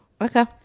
okay